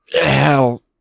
hell